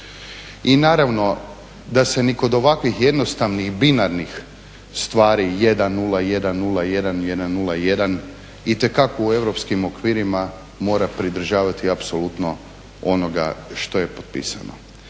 I naravno da se ni kod ovakvih jednostavnih binarnih stvari 1010101 itekako u europskim okvirima mora pridržavati apsolutno onoga što je potpisano.